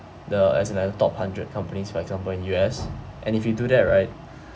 the as another top hundred companies for example in U_S and if you do that right